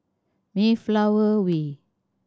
Mayflower Way